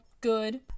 good